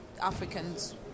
Africans